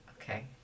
Okay